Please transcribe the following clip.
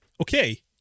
okay